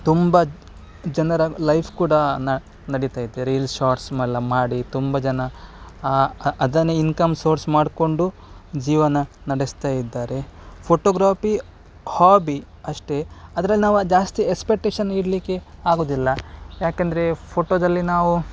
ತುಂಬ ಜನರ ಲೈಫ್ ಕೂಡನ ನಡೀತಾಯಿದೆ ರೀಲ್ಸ್ ಶಾರ್ಟ್ಸ್ ಎಲ್ಲ ಮಾಡಿ ತುಂಬ ಜನ ಅದನ್ನೇ ಇನ್ಕಮ್ ಸಾರ್ಸ್ ಮಾಡಿಕೊಂಡು ಜೀವನ ನಡೆಸ್ತಾಯಿದ್ದಾರೆ ಫೋಟೋಗ್ರಾಪಿ ಹಾಬಿ ಅಷ್ಟೇ ಅದ್ರಲ್ಲಿ ನಾವು ಜಾಸ್ತಿ ಎಕ್ಸ್ಪೆಕ್ಟೇಷನ್ ಇಡಲಿಕ್ಕೆ ಆಗುವುದಿಲ್ಲ ಯಾಕೆಂದರೆ ಫೋಟೋದಲ್ಲಿ ನಾವು